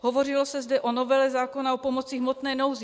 Hovořilo se zde o novele zákona o pomoci v hmotné nouzi.